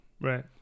Right